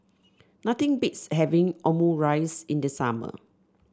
nothing beats having Omurice in the summer